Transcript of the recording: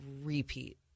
repeat